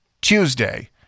Tuesday